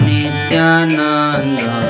Nityananda